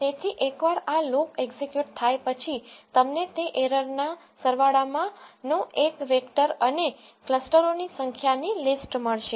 તેથી એકવાર આ લૂપ એક્ઝેક્યુટ થાય પછી તમને તે એરરના સરવાળામાં નો એક વેક્ટર અને ક્લસ્ટરોની સંખ્યાની લિસ્ટ મળશે